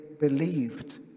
believed